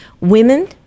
Women